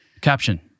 Caption